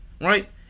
Right